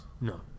No